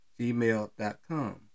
gmail.com